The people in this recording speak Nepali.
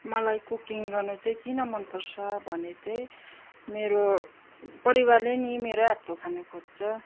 मलाई कुकिङ गर्नु चाहिँ किन मन पर्छ भने चाहिँ मेरो परिवारले नि मेरो हातको खानु खोज्छ